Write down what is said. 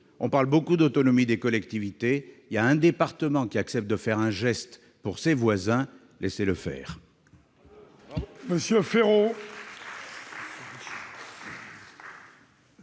on parle beaucoup d'autonomie des collectivités. Quand un département accepte de faire un geste pour ses voisins, laissez-le faire